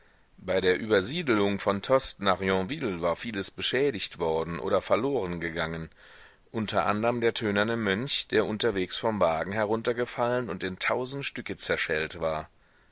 bei der übersiedelung von tostes nach yonville war vieles beschädigt worden oder verloren gegangen unter anderm der tönerne mönch der unterwegs vom wagen heruntergefallen und in tausend stücke zerschellt war